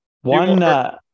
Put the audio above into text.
One